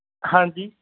ਹਾਂਜੀ